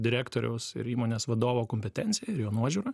direktoriaus ir įmonės vadovo kompetencija ir jo nuožiūra